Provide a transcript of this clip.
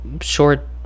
short